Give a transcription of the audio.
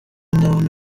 ndabona